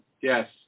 Yes